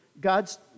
God's